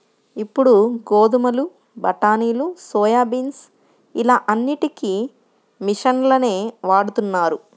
ఇప్పుడు గోధుమలు, బఠానీలు, సోయాబీన్స్ ఇలా అన్నిటికీ మిషన్లనే వాడుతున్నారు